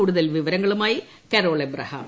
കൂടുതൽ വിവരങ്ങളുമായി കരോൾ അബ്രഹാം